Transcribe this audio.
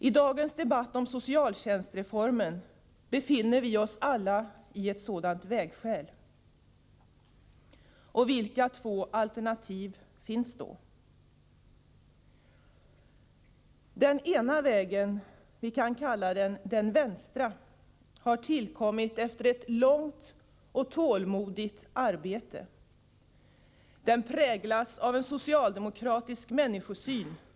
I dagens debatt om socialtjänstreformen befinner vi oss alla vid ett sådant vägskäl. Vilka två alternativ finns då? Den ena vägen, vi kan kalla den den vänstra, har tillkommit efter ett långt och tålmodigt arbete. Den präglas av en socialdemokratisk människosyn.